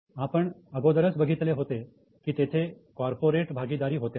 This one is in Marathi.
आपण अगोदरच बघितले होते की तेथे कॉर्पोरेट भागीदारी होत्या